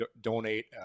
donate